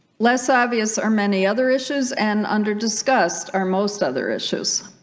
less obvious are many other issues and under discussed are most other issues